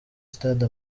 stade